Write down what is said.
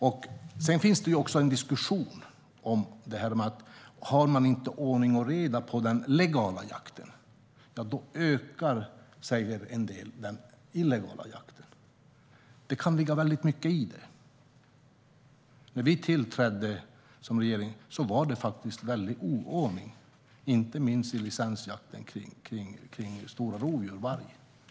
Det förs också en diskussion om ordning och reda i den legala jakten. Har man inte det ökar den illegala jakten. Det kan ligga väldigt mycket i det. När vi tillträdde som regering var det stor oordning, inte minst vid licensjakten när det gäller stora rovdjur och varg.